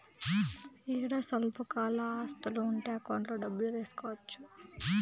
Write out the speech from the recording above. ఈడ స్వల్పకాల ఆస్తులు ఉంటే అకౌంట్లో డబ్బులు వేసుకోవచ్చు